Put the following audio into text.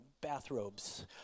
bathrobes